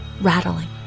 rattling